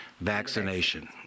vaccination